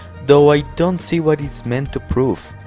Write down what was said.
though i don't see what is meant to prove,